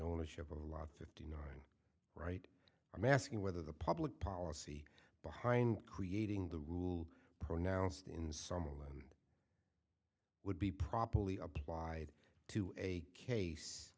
ownership of a lot fifteen right i'm asking whether the public policy behind creating the rule pronounced in someone would be properly applied to a case